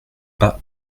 pas